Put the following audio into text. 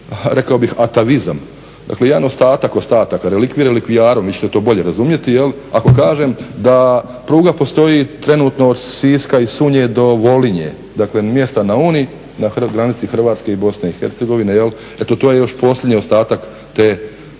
rekao bih atavizam, dakle jedan ostatak ostataka, relikvij relikvijara vi ćete to bolje razumjeti jel' ako kažem da pruga postoji trenutno od Siska i Sunje do Volinje, dakle mjesta na Uni, na granici Hrvatske i BiH. Eto to je još posljednji ostatak tog